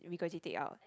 regurgitate take out